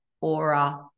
aura